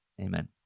Amen